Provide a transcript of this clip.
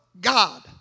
God